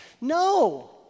No